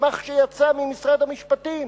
מסמך שיצא ממשרד המשפטים.